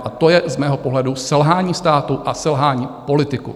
A to je z mého pohledu selhání státu a selhání politiků.